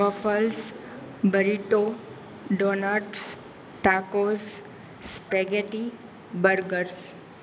waffles burrito donuts tacos spaghetti burgers